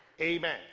Amen